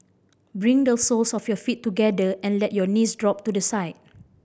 bring the soles of your feet together and let your knees drop to the side